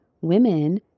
women